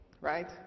Right